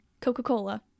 Coca-Cola